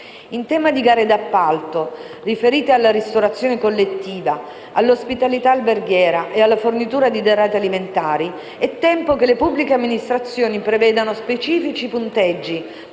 In tema di gare d'appalto riferite alla ristorazione collettiva, all'ospitalità alberghiera e alla fornitura di derrate alimentari, è tempo che le pubbliche amministrazioni prevedano specifici punteggi